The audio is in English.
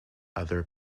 other